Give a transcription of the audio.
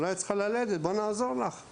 אולי את צריכה ללדת, בואי נעזור לך";